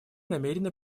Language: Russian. намерены